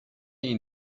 این